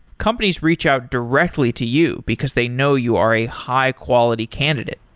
companies reach out directly to you, because they know you are a high-quality candidate.